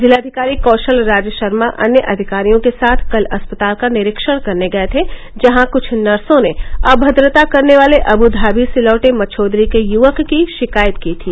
जिलाधिकारी कौशल राज शर्मा अन्य अधिकारियों के साथ कल अस्पताल का निरीक्षण करने गये थे जहां कुछ नर्सों ने अभद्रता करने वाले अद्वाबी से लौटे मच्छोदरी के युवक की शिकायत की थी